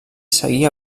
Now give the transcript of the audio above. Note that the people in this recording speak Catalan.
seguia